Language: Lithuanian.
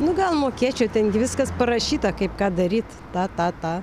nu gal mokėčiau ten viskas parašyta kaip ką daryti ta ta ta